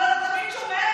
אבל אתה תמיד שומר,